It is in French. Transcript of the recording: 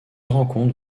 rencontre